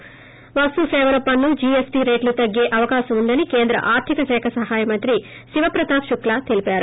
ి వస్తు సేవల పన్ను జీఎస్టీ రేట్లు తగ్గే అవకాశముందని కేంద్ర ఆర్థికశాఖ సహాయ మంత్రి శివ ప్రఠాప్ శుక్లా తెలిపారు